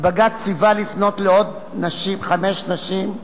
ובג"ץ ציווה לפנות לעוד חמש נשים,